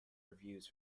reviews